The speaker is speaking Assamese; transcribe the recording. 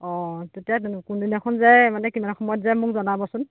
অ' তেতিয়া কোনদিনাখন যায় মানে কিমান সময়ত যায় মোক জনাব চোন